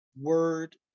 word